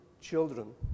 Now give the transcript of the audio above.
children